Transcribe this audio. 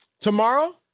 Tomorrow